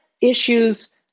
issues